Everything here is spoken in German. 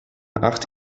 acht